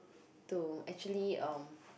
to actually um